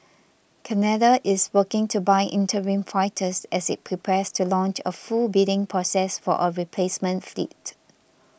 Canada is working to buy interim fighters as it prepares to launch a full bidding process for a replacement fleet